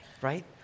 right